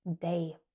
day